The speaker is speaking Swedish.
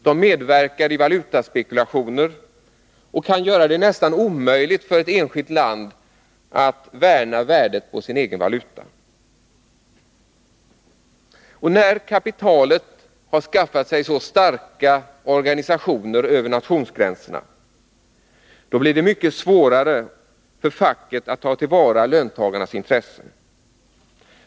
De medverkar i valutaspekulationer och kan göra det nästan omöjligt för ett enskilt land att värna värdet på sin egen valuta. När kapitalet har skaffat sig så starka organisationer över nationsgränserna blir det mycket svårare för facket att ta till vara löntagarnas intressen.